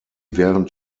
während